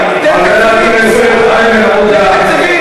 חבר הכנסת עודה,